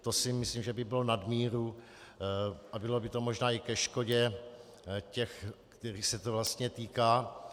To si myslím, že by bylo nad míru a bylo by to možná i ke škodě těch, kterých se to vlastně týká.